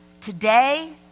today